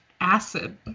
Acid